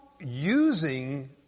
using